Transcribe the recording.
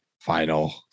final